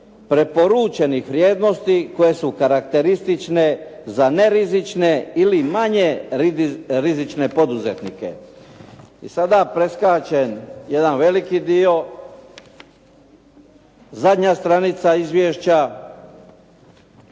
preporučenih vrijednosti koje su karakteristične za nerizične ili manje rizične poduzetnike. I sada preskačem jedan veliki dio, zadnja stranica izvješća